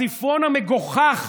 נשארו במחסנים 20,000. הספרון המגוחך.